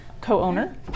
co-owner